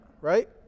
right